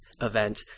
event